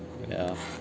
yeah